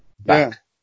back